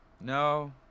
No